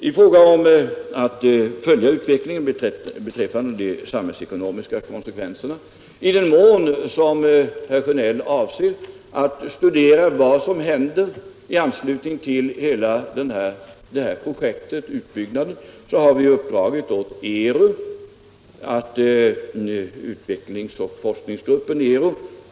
I fråga om att följa de samhällsekonomiska konsekvenserna kan jag meddela — i den mån som herr Sjönell avser att studierna bör omfatta vad som händer i anslutning till hela denna utbyggnad — att ett sådant uppdrag har givits åt utvecklingsoch forskningsgruppen ERU.